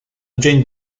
dzień